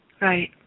right